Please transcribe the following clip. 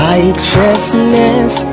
Righteousness